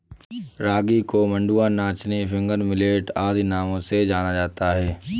रागी को मंडुआ नाचनी फिंगर मिलेट आदि नामों से जाना जाता है